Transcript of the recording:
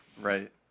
Right